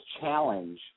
challenge